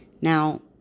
Now